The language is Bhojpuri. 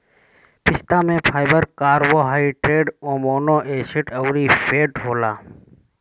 पिस्ता में फाइबर, कार्बोहाइड्रेट, एमोनो एसिड अउरी फैट होला